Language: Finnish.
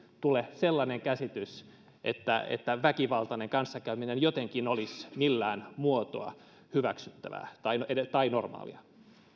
tule sellainen käsitys että että väkivaltainen kanssakäyminen olisi millään muotoa hyväksyttävää tai normaalia